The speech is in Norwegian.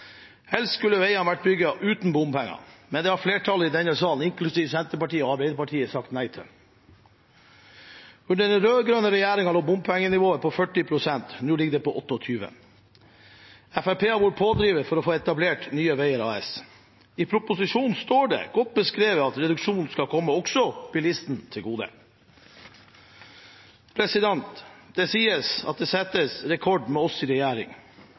Helst skulle veiene vært bygd uten bompenger, men det har flertallet i denne salen, inklusiv Senterpartiet og Arbeiderpartiet, sagt nei til. Under den rød-grønne regjeringen lå bompengenivået på 40 pst. Nå ligger det på 28 pst. Fremskrittspartiet har vært pådriver for å få etablert Nye Veier AS. I proposisjonen står det – godt beskrevet – at reduksjonen skal komme også bilisten til gode. Det sies at det settes rekord med oss i regjering.